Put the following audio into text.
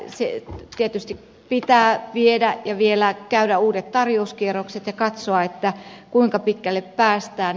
sitä tietysti pitää viedä ja vielä käydä uudet tarjouskierrokset ja katsoa kuinka pitkälle päästään